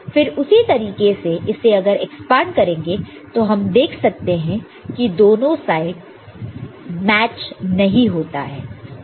फिर उसी तरीके से इसे अगर एक्सपांड करेंगे तो हम देख सकते हैं कि दोनों साइड मैच नहीं होता है